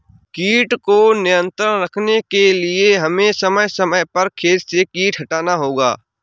कीट को नियंत्रण रखने के लिए हमें समय समय पर खेत से कीट हटाना होगा